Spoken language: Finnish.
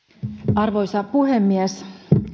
arvoisa puhemies